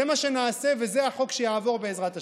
זה מה שנעשה וזה החוק שיעבור, בעזרת השם.